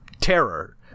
terror